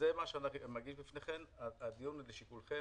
מה שאני מגיש לפניכם, הדיון הוא לשיקולכם,